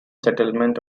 settlement